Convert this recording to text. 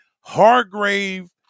Hargrave